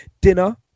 Dinner